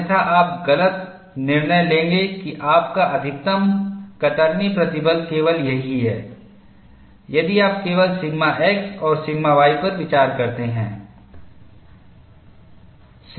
अन्यथा आप गलत निर्णय लेंगे कि आपका अधिकतम कतरनी प्रतिबल केवल यही है यदि आप केवल सिग्मा x और सिग्मा y पर विचार करते हैं